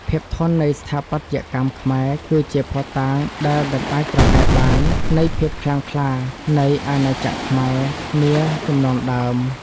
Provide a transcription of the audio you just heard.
ភាពធន់នៃស្ថាបត្យកម្មខ្មែរគឺជាភស្តុតាងដែលមិនអាចប្រកែកបាននៃភាពខ្លាំងក្លានៃអាណាចក្រខ្មែរនាជំនាន់ដើម។